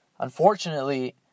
Unfortunately